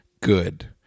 good